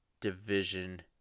division